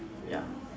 ya